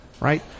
Right